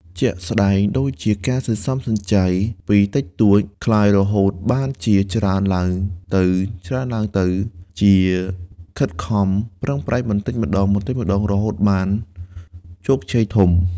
ជាក់ស្ដែងដូចជា ការសន្សំសំចៃពីតិចតួចក្លាយរហូតបានជាច្រើនទ្បើងទៅៗ ជាខិតខំប្រឹងប្រែងម្តងបន្តិចៗរហូតបានជោគជ័យធំ។